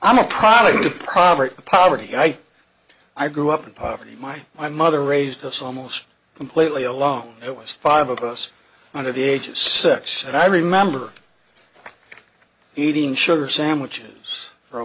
i'm a product of probert poverty i i grew up in poverty my my mother raised us almost completely alone it was five of us under the age of six and i remember eating sugar sandwiches for a